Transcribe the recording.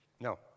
No